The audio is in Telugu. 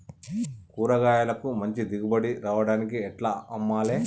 కూరగాయలకు మంచి దిగుబడి రావడానికి ఎట్ల అమ్మాలే?